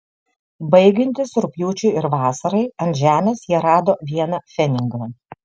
baigiantis rugpjūčiui ir vasarai ant žemės jie rado vieną pfenigą